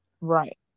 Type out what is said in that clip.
Right